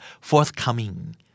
forthcoming